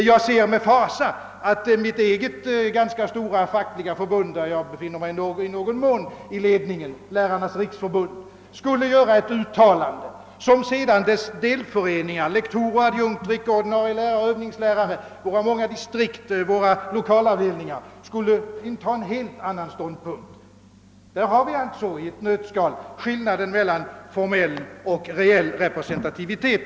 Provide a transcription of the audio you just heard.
Jag skulle med fasa se att mitt eget ganska stora fackliga förbund, Lärarnas riksförbund där jag i någon mån tillhör ledningen, gjorde ett uttalande medan däremot delföreningarna, lektorer, adjunkter, icke ordinarie lärare, Övningslärare, våra många distrikt och våra lokalavdelningar intog en helt annan ståndpunkt. Där har vi alltså i ett nötskal skillnaden mellan formell och reell representativitet.